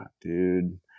dude